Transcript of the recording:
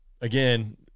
again